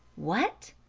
what!